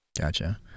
Gotcha